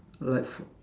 like f~